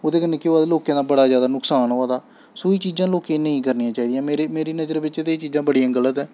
ओह्दे कन्नै केह् होआ दा लोकें दा बड़ा जैदा नुक्सान होआ दा सो एह् चीजां लोकें गी नेईं करनियां चाहि दियां मेरी नजर बिच्च ते एह् चीजां बड़ियां गल्त ऐ